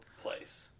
place